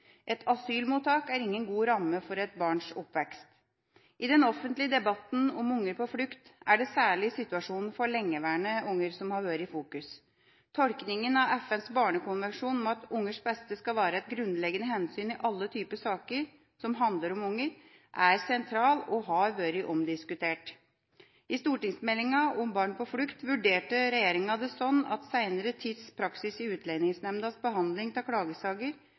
Et asylmottak er ingen god ramme for et barns oppvekst. I den offentlige debatten om barn på flukt er det særlig situasjonen for lengeværende unger som har vært i fokus. Tolkningen av FNs barnekonvensjon om at ungers beste skal være et grunnleggende hensyn i alle typer saker som handler om unger, er sentral og har vært omdiskutert. I stortingsmeldinga om barn på flukt vurderte regjeringa det slik at senere tids praksis i Utlendingsnemndas behandling av klagesaker